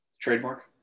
trademark